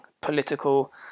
political